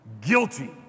guilty